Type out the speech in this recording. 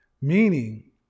meaning